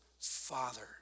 father